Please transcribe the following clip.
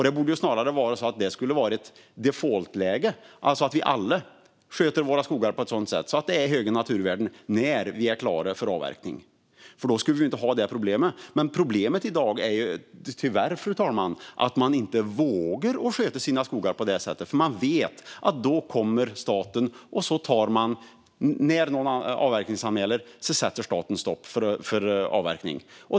Det borde snarare vara ett defaultläge, alltså att alla sköter sina skogar så att de ger höga naturvärden när det är dags för avverkning. Men problemet i dag är att de inte vågar sköta sina skogar så, för då vet de att när de anmäler avverkning sätter staten stopp för den.